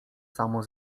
samo